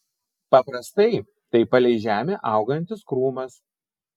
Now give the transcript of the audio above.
paprastai tai palei žemę augantis krūmas